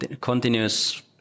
continuous